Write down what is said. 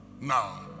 Now